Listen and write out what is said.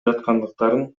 жаткандыктарын